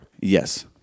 Yes